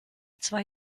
zwei